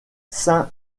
saint